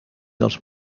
dels